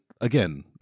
Again